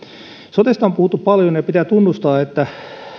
sotesta on puhuttu paljon ja pitää tunnustaa että